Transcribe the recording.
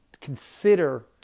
consider